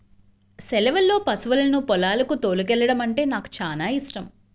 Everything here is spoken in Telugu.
సెలవుల్లో పశువులను పొలాలకు తోలుకెల్లడమంటే నాకు చానా యిష్టం